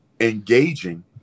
engaging